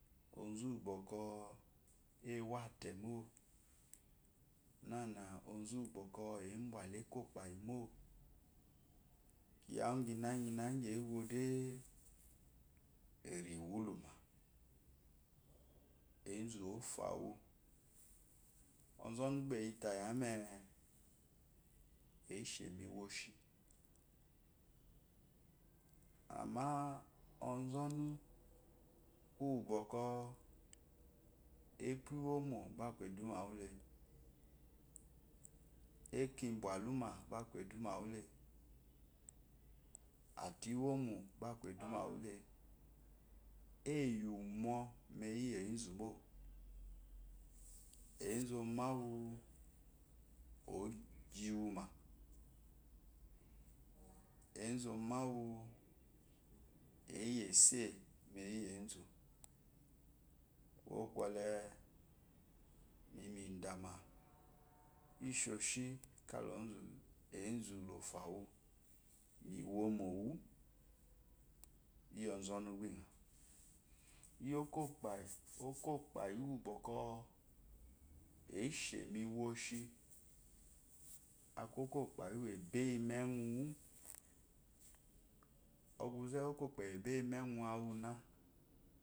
Ozá uwú bókó ewó atemó nana ozu uwu bɔkɔ abwa lu. e kopayi mó kiya ingyi inaina gyi ewó dé eyiwulúmá ezá ɔfawú ɔzɔmu bá eyita yia me eshemi woshi amma ɔzɔnu úwú bɔkɔ epú iwomó bá aku edumá wulé eko ibalumá bá aku edumá wula ate inyomo ba aku eduma wule eyimo mu ewuyi ezmo ezú ɔmawu iozhi wumá ezu omawu eyi esheye mu ewuye zo kúwo kwole mi yi midámá isheshi kalá ɔzu ezu lofa wu mi womówu iyi ɔnu bá inyewú iyi okpyi okpayi uwubaɔ kɔ eshe mi woshi au okpayi úwú abɔ eyi mu ewuwu ɔquze u `wú okopayi ábɔ eyi mu ewúwu akú úwú uná